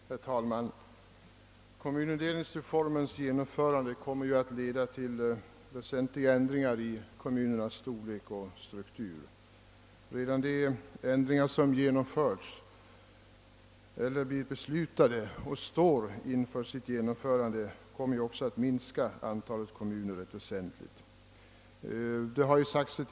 Herr talman! Kommunindelningsreformens genomförande kommer ju att leda till väsentliga ändringar i kommunernas storlek och struktur. Redan de ändringar som genomförts eller som blivit beslutade och står inför sitt genomförande kommer att minska antalet kommuner rätt kraftigt.